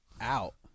out